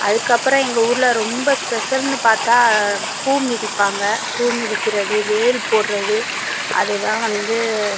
அதுக்கப்பறம் எங்கள் ஊரில் ரொம்ப ஸ்பெஷல்ன்னு பார்த்தா பூ மிதிப்பாங்க பூ மிதிக்கிறது வேல் போடுறது அதுதான் வந்து